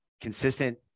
consistent